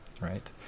Right